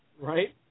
Right